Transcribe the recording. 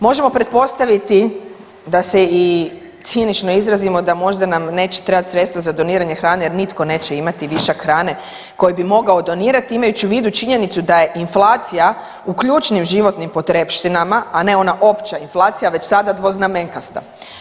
Možemo pretpostaviti da se i cinično izrazimo da možda nam neće trebat sredstva za doniranje hrane jer nitko neće imati višak hrane koju bi mogao donirati imajući u vidu činjenicu da je inflacija u ključnim životnim potrepštinama, a ne ona opća inflacija već sada dvoznamenkasta.